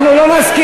אנחנו לא נסכים,